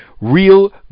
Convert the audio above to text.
real